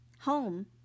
home